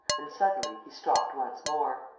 and suddenly, he stopped once more.